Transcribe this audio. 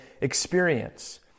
experience